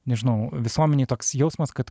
nežinau visuomenėj toks jausmas kad